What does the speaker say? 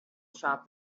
shop